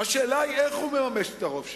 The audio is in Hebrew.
השאלה היא איך הוא מממש את הרוב שלו,